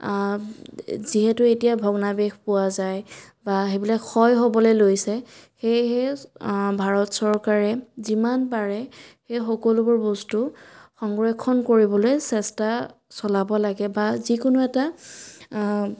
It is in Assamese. যিহেতু এতিয়া ভগ্নাৱশেষ পোৱা যায় বা সেইবিলাক ক্ষয় হ'বলৈ লৈছে সেয়েহে ভাৰত চৰকাৰে যিমান পাৰে এই সকলোবোৰ বস্তু সংৰক্ষণ কৰিবলৈ চেষ্টা চলাব লাগে বা যিকোনো এটা